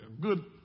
good